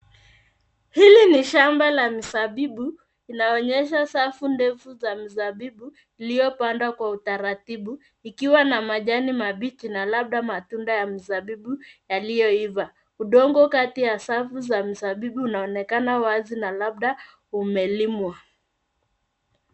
Hili ni shamba la mizabibu. Inaonyesha safu ndefu za mizabibu iliyopandwa kwa utaratibu ikiwa na majani mabichi na labda matunda ya mzabibu yaliyoiva. Udongo kati ya safu za mizabibu unaonekana wazi na labda umelimwa.